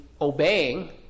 obeying